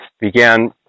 began